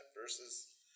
versus